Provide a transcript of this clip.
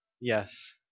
Yes